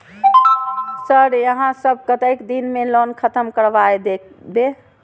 Sir यहाँ सब कतेक दिन में लोन खत्म करबाए देबे?